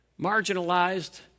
marginalized